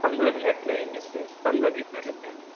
پندرہ منٹ لگیں گے مجھے پندرہ بیس منٹ لگ جائیں گے